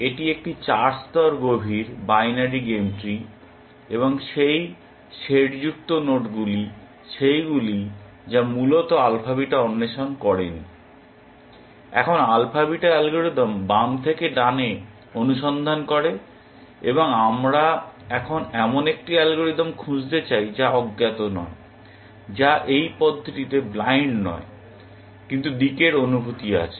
এটি একটি 4 স্তর গভীর বাইনারি গেম ট্রি এবং সেই শেড যুক্ত নোডগুলি সেইগুলি যা মূলত আলফা বিটা অন্বেষণ করেনি। এখন আলফা বিটা অ্যালগরিদম বাম থেকে ডানে অনুসন্ধান করে এবং আমরা এখন এমন একটি অ্যালগরিদম খুঁজতে চাই যা অজ্ঞাত নয় যা এই পদ্ধতিতে ব্লাইন্ড নয় কিন্তু দিকের অনুভূতি আছে